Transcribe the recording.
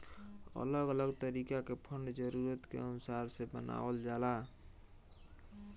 अलग अलग तरीका के फंड जरूरत के अनुसार से बनावल जाला